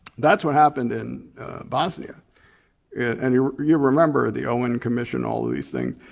that's what happened in bosnia and you you remember the owen commission, all of these things.